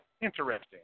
interesting